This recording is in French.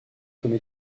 comme